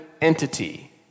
entity